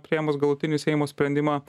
priėmus galutinį seimo sprendimą